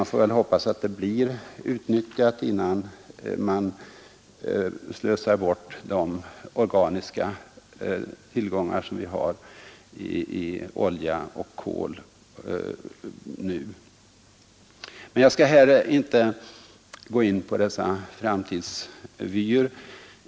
Vi får väl hoppas att vätet blir utnyttjat innan man helt slösat bort de organiska tillgångar som vi har i olja och kol nu. Jag skall här inte gå in närmare på dessa framtidsvyer.